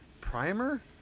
primer